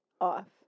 off